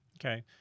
Okay